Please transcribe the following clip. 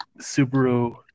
Subaru